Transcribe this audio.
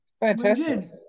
fantastic